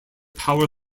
power